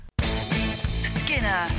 Skinner